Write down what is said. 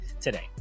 today